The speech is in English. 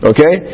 Okay